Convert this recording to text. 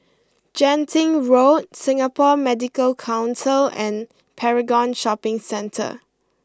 Genting Road Singapore Medical Council and Paragon Shopping Centre